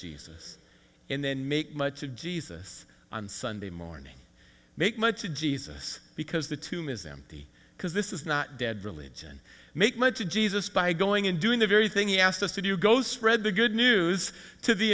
jesus and then make much of jesus on sunday morning make much to jesus because the tomb is empty because this is not dead religion make much of jesus by going and doing the very thing he asked us to do you go spread the good news to the